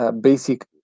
Basic